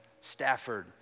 Stafford